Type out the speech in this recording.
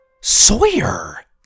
Sawyer